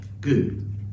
good